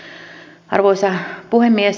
arvoisa puhemies